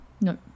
No